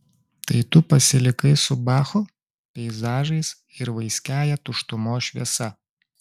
tai tu pasilikai su bachu peizažais ir vaiskiąja tuštumos šviesa